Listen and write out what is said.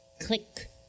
click